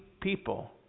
people